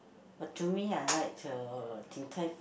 but to me I like the Din-Tai-Fung